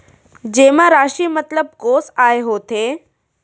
जेमा राशि मतलब कोस आय होथे?